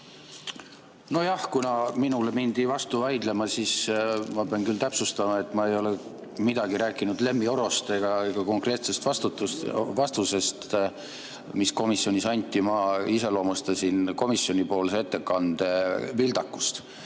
Nojah, kuna minule mindi vastu vaidlema, siis ma pean täpsustama, et ma ei ole midagi rääkinud Lemmi Orost ega konkreetsest vastusest, mis komisjonis anti. Ma iseloomustasin komisjoni ettekande vildakust.